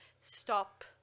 stop